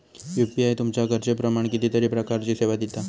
UPI तुमच्या गरजेप्रमाण कितीतरी प्रकारचीं सेवा दिता